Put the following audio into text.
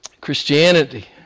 Christianity